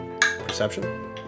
Perception